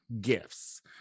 gifts